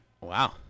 Wow